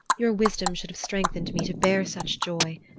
your wisdom should have strengthened me to bear such joy.